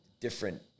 different